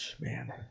man